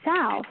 south